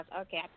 Okay